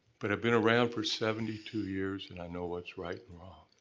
but i've been around for seventy two years and i know what's right